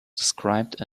described